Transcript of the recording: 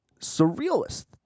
surrealist